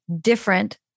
different